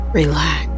relax